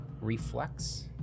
Reflex